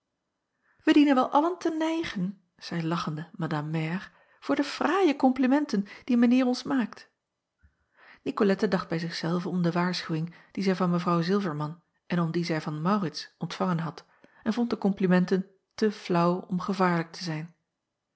ij dienen wel allen te nijgen zeî lachende madame mère voor de fraaie komplimenten die mijn eer ons maakt icolette dacht bij zich zelve om de waarschuwing die zij van w ilverman en om die zij van aurits ontvangen had en vond de komplimenten te flaauw om gevaarlijk te zijn